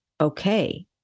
okay